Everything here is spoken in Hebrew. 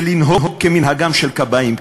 זה לנהוג כמנהגם של כבאים.